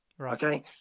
okay